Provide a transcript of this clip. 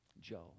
Joe